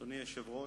אדוני היושב-ראש,